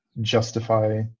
justify